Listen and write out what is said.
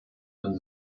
dann